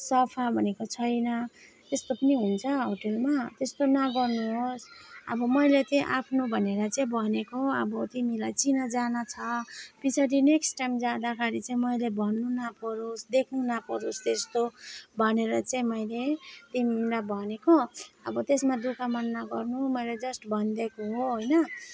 सफा भनेको छैन त्यस्तो पनि हुन्छ होटेलमा त्यस्तो नगर्नु होस् अब मैले तै आफ्नो भनेर चाहिँ भनेको अब तिमीलाई चिनाजाना छ पछाडि नेक्स्ट टाइम जाँदाखेरि चाहिँ मैले भन्नु नपरोस् देख्नु नपरोस् त्यस्तो भनेर चाहिँ मैले तिमीलाई भनेको अब त्यसमा दुःख मन नगर्नु मैले जस्ट भनिदिएको हो होइन